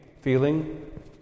feeling